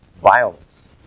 violence